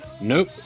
Nope